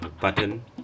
button